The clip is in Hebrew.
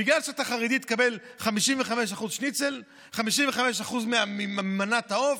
בגלל שאתה חרדי תקבל 55% שניצל, 55% ממנת העוף?